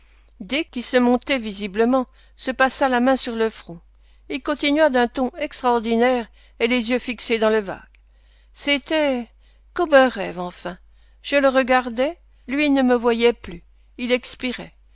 d qui se montait visiblement se passa la main sur le front il continua d'un ton extraordinaire et les yeux fixés dans le vague c'était comme un rêve enfin je le regardais lui ne me voyait plus il expirait